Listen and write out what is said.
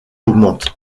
augmente